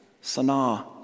Sana